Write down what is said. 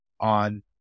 on